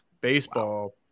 baseball